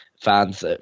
fans